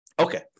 Okay